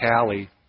Callie